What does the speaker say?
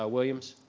ah williams?